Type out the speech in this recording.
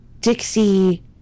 Dixie